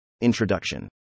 Introduction